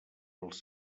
als